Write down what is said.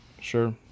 Sure